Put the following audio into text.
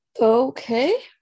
Okay